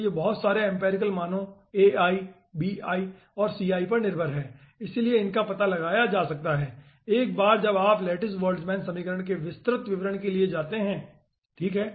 तो ये बहुत सारे एम्पिरिकल मानों और पर निर्भर हैं इसलिए इनका पता लगाया जा सकता है एक बार जब आप लैटिस बोल्टजमैन समीकरण के विस्तृत विवरण के लिए जाते हैं तो ठीक है